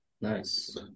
Nice